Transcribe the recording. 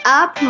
up